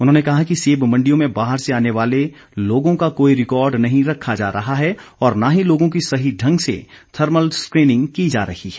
उन्होंने कहा कि सेब मंडियों में बाहर से आने वाले लोगों का कोई रिकॉर्ड नहीं रखा जा रहा है और न ही लोगों की सही ढंग से थर्मल स्क्रीनिंग की जा रही है